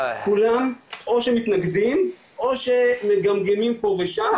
כולם או שמתנגדים או שמגמגמים פה ושם,